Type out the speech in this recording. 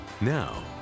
Now